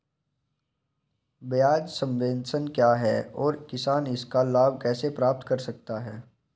ब्याज सबवेंशन क्या है और किसान इसका लाभ कैसे प्राप्त कर सकता है?